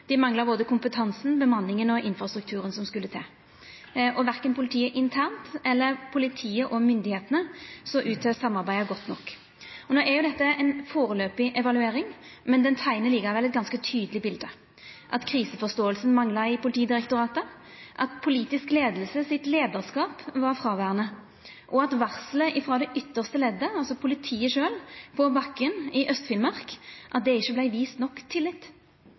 dei mangla både kompetansen, bemanninga og infrastrukturen som skulle til. Verken politiet internt eller politiet og myndigheitene såg ut til å samarbeida godt nok. No er jo dette ei foreløpig evaluering, men ho teiknar likevel eit ganske tydeleg bilde: at kriseforståinga mangla i Politidirektoratet, at leiarskapen i den politiske leiinga var fråverande, og når det gjeld varselet frå det ytste leddet, altså politiet sjølv, på bakken, i Aust-Finnmark, vart dei ikkje viste nok tillit.